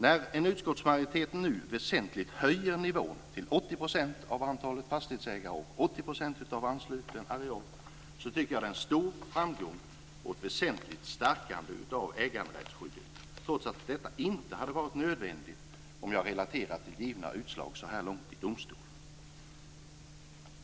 När en utskottsmajoritet nu väsentligt höjer nivån till 80 % av antalet fastighetsägare och till 80 % av ansluten areal tycker jag att det är en stor framgång och ett väsentligt stärkande av äganderättsskyddet trots att detta inte hade varit nödvändigt - relaterat till givna utslag i domstol så här långt.